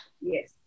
Yes